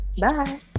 Bye